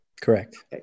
Correct